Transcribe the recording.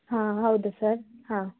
ಹಾಂ ಹೌದಾ ಸರ್ ಹಾಂ